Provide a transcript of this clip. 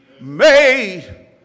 made